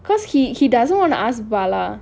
because he he doesn't want to ask bala